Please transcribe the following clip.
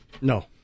No